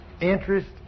Interest